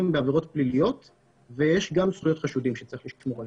בעבירות פליליות ויש גם זכויות חשודים שצריך לשמור עליהן,